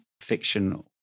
fiction